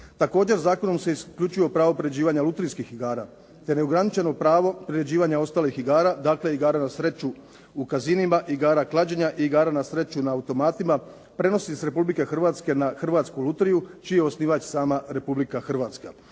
Također, zakonom se isključivo pravo priređivanja lutrijskih igara te neograničeno pravo priređivanja ostalih igara, dakle igara na sreću u casinima, igara klađenja i igara na sreću na automatima, prenosi s Republike Hrvatske na Hrvatsku lutriju čiji je osnivač sam Republika Hrvatska.